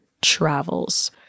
travels